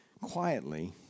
quietly